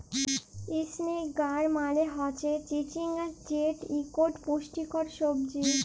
ইসনেক গাড় মালে হচ্যে চিচিঙ্গা যেট ইকট পুষ্টিকর সবজি